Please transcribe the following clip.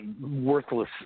worthless